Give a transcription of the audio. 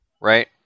right